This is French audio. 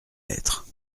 lettres